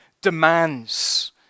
demands